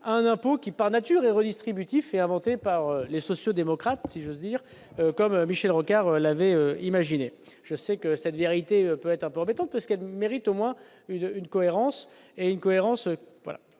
un impôt qui par nature et redistributif et inventé par les sociaux-démocrates, si j'ose dire, quand même, Michel Rocard l'avait imaginé, je sais que cette vérité peut être un peu embêtant parce qu'elle mérite au moins il y a une cohérence